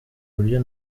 uburyo